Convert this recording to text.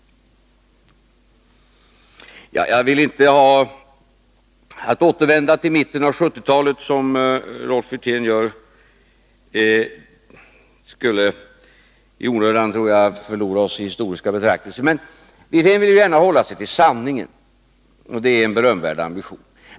Jag vill inte återvända till mitten av 1970-talet, som Rolf Wirtén gjorde — jag tror att det skulle innebära att vi i onödan förlorade oss i historiska betraktelser. Rolf Wirtén vill gärna hålla sig till sanningen, och det är en berömvärd ambition.